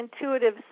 intuitive